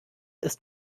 ist